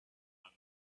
mind